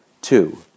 Two